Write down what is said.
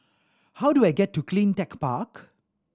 how do I get to Cleantech Park